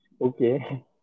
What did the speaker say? Okay